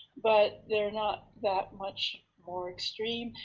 but they're not that much more extreme.